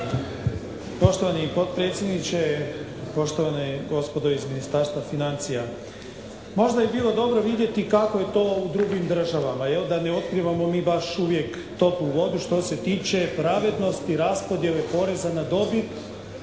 Poštovani potpredsjedniče, poštovane gospodo iz Ministarstva financija. Možda bi bilo dobro vidjeti kako je to u drugim državama, jel, da ne otkrivamo mi baš uvijek toplu vodu što se tiče pravednosti raspodjele poreza na dobit